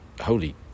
Holy